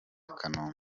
kanombe